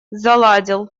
заладил